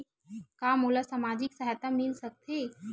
का मोला सामाजिक सहायता मिल सकथे?